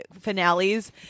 finales